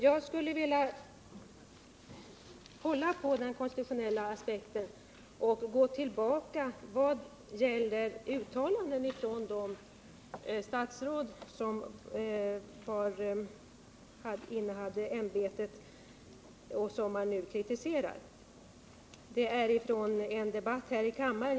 Jag skulle vilja hålla på den konstitutionella aspekten och gå tillbaka till uttalanden av statsråd som innehade ämbetet och som nu kritiseras. Det gäller en debatt här i kammaren.